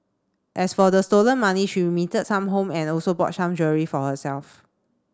as for the stolen money she remitted some home and also bought some jewellery for herself